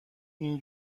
این